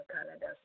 Canada